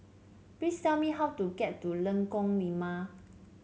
please tell me how to get to Lengkok Lima